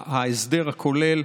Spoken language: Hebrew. את ההסדר הכולל,